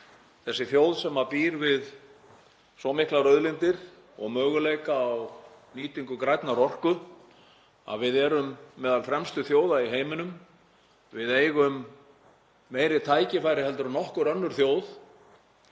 þessi þjóð sem býr við svo miklar auðlindir og möguleika á nýtingu grænnar orku að við erum meðal fremstu þjóða í heiminum. Við eigum meiri tækifæri en nokkur önnur þjóð